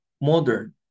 modern